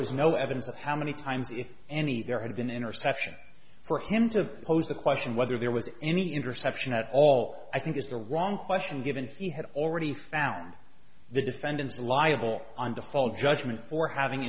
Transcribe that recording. was no evidence of how many times if any there had been interception for him to pose the question whether there was any interception at all i think is the wrong question given he had already found the defendants liable on the call judgement for having